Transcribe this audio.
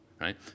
right